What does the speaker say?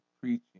preaching